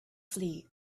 flee